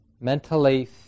mentally